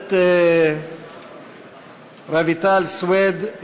הכנסת רויטל סויד,